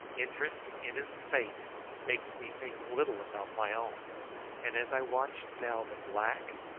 interest in his fate making me think little about my own and as i watched now the black,